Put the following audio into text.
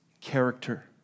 character